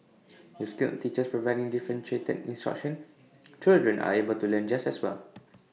with skilled teachers providing differentiated instruction children are able to learn just as well